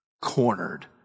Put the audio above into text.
cornered